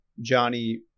Johnny